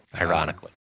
ironically